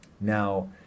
Now